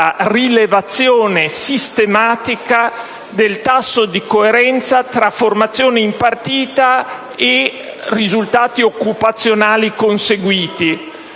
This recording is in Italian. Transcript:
rilevazione sistematica del tasso di coerenza tra formazione impartita e risultati occupazionali conseguiti.